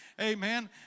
Amen